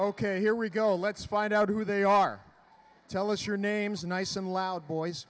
ok here we go let's find out who they are tell us your names nice and loud boys